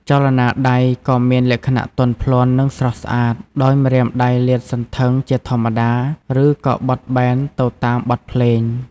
ចលនាដៃក៏មានលក្ខណៈទន់ភ្លន់ និងស្រស់ស្អាត ដោយម្រាមដៃលាតសន្ធឹងជាធម្មតា ឬក៏បត់បែនទៅតាមបទភ្លេង។